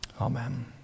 amen